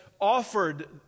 offered